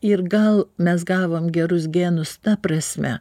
ir gal mes gavom gerus genus ta prasme